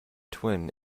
twin